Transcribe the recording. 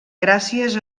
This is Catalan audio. gràcies